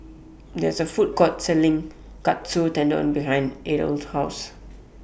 There IS A Food Court Selling Katsu Tendon behind Adel's House